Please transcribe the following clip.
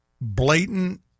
blatant